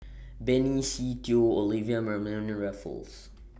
Benny Se Teo Olivia Mariamne and Raffles